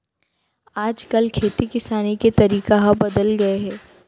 आज काल खेती किसानी के तरीका ह बदल गए हे